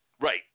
Right